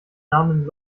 namen